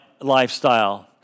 lifestyle